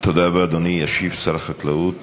חבר הכנסת